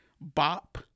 Bop